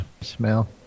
smell